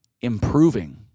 improving